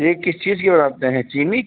यह किस चीज़ की बनाते हैं चीनी क